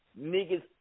niggas